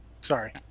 Sorry